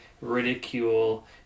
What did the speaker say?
ridicule